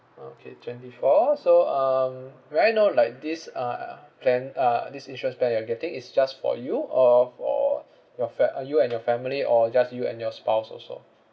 okay twenty four so um may I know like this uh uh uh plan uh this insurance plan you're getting is just for you or for your fa~ uh you and your family or just you and your spouse also